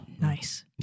Nice